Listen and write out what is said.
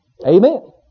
Amen